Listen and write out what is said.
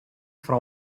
fra